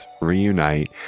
reunite